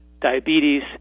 diabetes